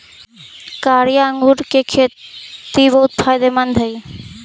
कारिया अंगूर के खेती बहुत फायदेमंद हई